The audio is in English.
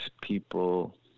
people